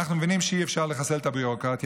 אנחנו מבינים שאי-אפשר לחסל את הביורוקרטיה.